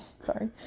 Sorry